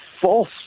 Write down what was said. false